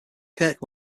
kirk